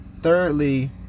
Thirdly